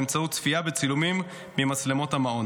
באמצעות צפייה בצילומים ממצלמות המעון.